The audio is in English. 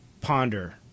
ponder